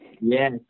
Yes